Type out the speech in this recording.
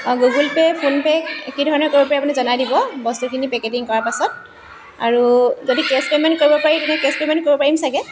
অ' Google Pay PhonePe' কি ধৰণে কৰিব পাৰি আপুনি জনাই দিব বস্তুখিনি পেকেটিং কৰা পাছত আৰু যদি কেছ পে'মেণ্ট কৰিব পাৰি তেনেহ'লে কেছ পে'মেণ্টো কৰিব পাৰিম চাগে